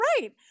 right